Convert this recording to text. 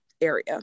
area